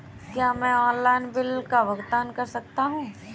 क्या मैं online bill का भुगतान कर सकता हूँ?